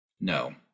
No